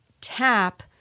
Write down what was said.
tap